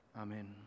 Amen